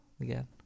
again